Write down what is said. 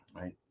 Right